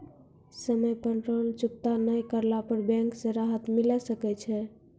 समय पर लोन चुकता नैय करला पर बैंक से राहत मिले सकय छै?